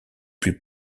plus